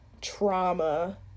trauma